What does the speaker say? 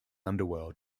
underworld